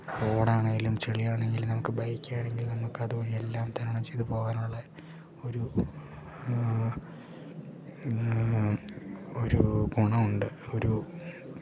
റോഡാണെങ്കിലും ചളിയാണെങ്കിലും നമുക്ക് ബൈക്കാണെങ്കിൽ നമക്കതുവഴി എല്ലാം തരണം ചെയ്തു പോകാനുള്ള ഒരു ഒരൂ ഗുണമുണ്ട് ഒരു